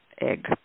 egg